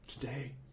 today